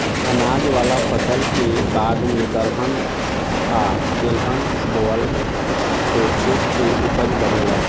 अनाज वाला फसल के बाद दलहन आ तेलहन बोआला से खेत के ऊपज बढ़ेला